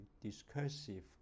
discursive